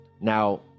now